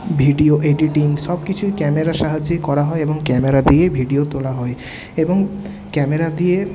video editing সব কিছুই ক্যামেরার সাহায্যে করা হয় এবং ক্যামেরা দিয়ে ভিডিও তোলা হয় এবং ক্যামেরা দিয়ে